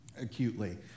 acutely